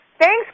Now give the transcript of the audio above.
Thanks